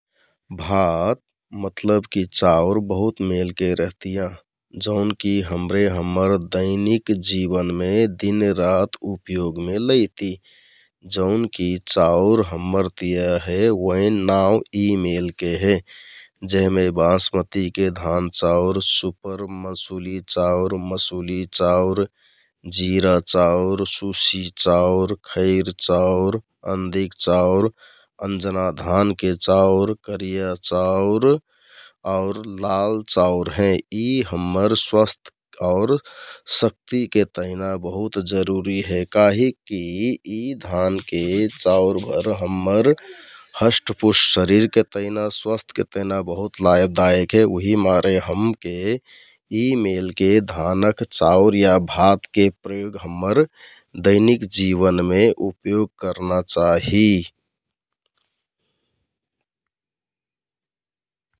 भात यानिकि चाउर बहुत मेलके रहतियाँ । जौनकि हमरे हम्मर दैनिक जिवनमे दिनरात उपयोगमे लैति । जौनकी चाउर हम्मर तिया हे ओइन नाउँ यि मेलके हे । जेहमे बासमतिके धान चाउर, मसुलि चाउर, जिरा चाउर, सुसि चाउर, खैर चाउर, अन्दिक चाउर, अन्जना धानके चाउर, करिया चाउर, लाल चाउर हे । यि हम्मर स्वास्थ आउर शक्तिके तहना बहुत जरुरि हे । काहिककि यि धानके चाउरभर हम्मर हष्ठपुष्ठ शरिरके तहना बहुत लाभदायक हे । उहिमारे हमके यि मेलके धानक चाउर या भातके उपयोग हम्मर दैनिक जिवनमे उपयोग करना चाहि ।